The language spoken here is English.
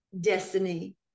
destiny